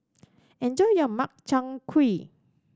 enjoy your Makchang Gui